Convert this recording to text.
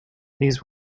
these